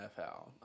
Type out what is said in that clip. NFL